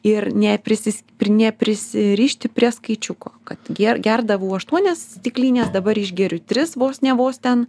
ir neprisis neprisirišti prie skaičiuko kad ge gerdavau aštuonias stiklines dabar išgeriu tris vos ne vos ten